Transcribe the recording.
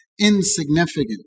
insignificant